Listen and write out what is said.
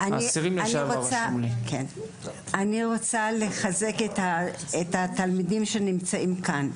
אני רוצה לחזק את התלמידים שנמצאים כאן.